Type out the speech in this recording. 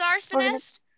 Arsonist